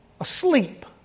asleep